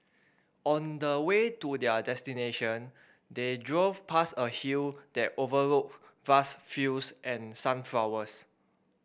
on the way to their destination they drove past a hill that overlooked vast fields and sunflowers